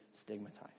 stigmatized